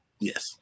Yes